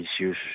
issues